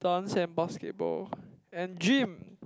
dance and basketball and gym